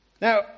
Now